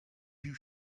you